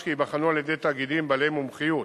כי ייבחנו על-ידי תאגידים בעלי מומחיות